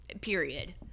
Period